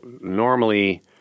Normally